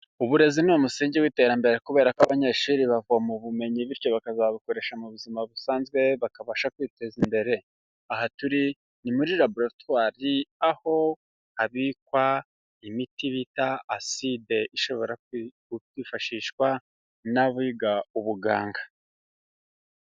Uburezi ni umusingi w'iterambere kubera ko abanyeshuri bavoma bumenyi bityo bakazabukoresha mu buzima busanzwe bakabasha kwiteza imbere, aha turi ni muri laboratwari aho abikwa imiti bita aside, ishobora kwifashishwa n'abiga ubuganga.